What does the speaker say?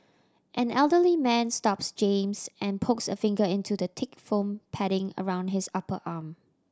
an elderly man stops James and pokes a finger into the thick foam padding around his upper arm